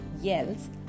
yells